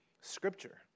Scripture